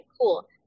cool